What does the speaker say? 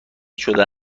شده